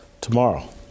tomorrow